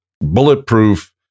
bulletproof